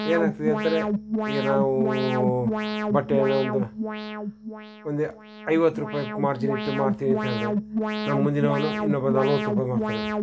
ಏನಾಗ್ತಿದೆ ಅಂತಂದ್ರೆ ಈಗ ನಾವು ಬಟ್ಟೆಯನ್ನು ಒಂದು ಒಂದು ಐವತ್ತು ರೂಪಾಯಿ ಮಾರ್ಜಿನ್ ಇಟ್ಟು ಮಾರ್ತೀವಿ ಅಂತ ಹೇಳಿದ್ರೆ ನಮ್ಮ ಮುಂದಿನವನು ಇನ್ನೊಬ್ಬ ನಲ್ವತ್ತು ರೂಪಾಯ್ಗೆ ಮಾರ್ತಾನೆ